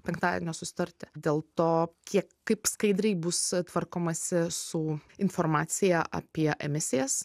penktadienio susitarti dėl to kiek kaip skaidriai bus tvarkomasi su informacija apie emisijas